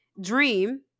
Dream